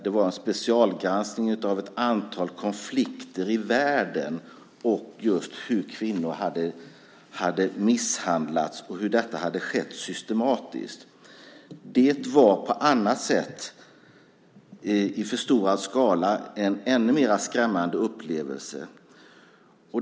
Det var en specialgranskning av ett antal konflikter i världen, hur kvinnor har misshandlats och hur detta har skett systematiskt. Det var på ett annat sätt, i förstorad skala, en ännu mer skrämmande upplevelse.